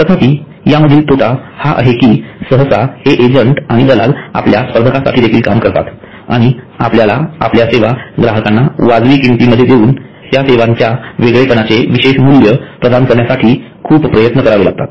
तथापि यामधील तोटा हा आहे की सहसा हे एजंट आणि दलाल आपल्या स्पर्धकासाठी देखील काम करतात आणि आपल्याला आपल्या सेवा ग्राहकांना वाजवी किंमतीमध्ये देऊन त्या सेवांच्या वेगळेपणाचे विशेष मूल्य प्रदान करण्यासाठी खूप प्रयत्न करावे लागतात